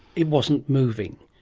it wasn't moving.